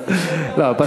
אני רק